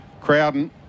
Crowden